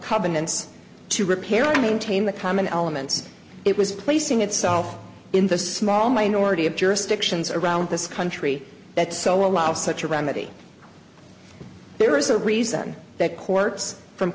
covenants to repairing tame the common elements it was placing itself in the small minority of jurisdictions around this country that so allow such a remedy there is a reason that courts from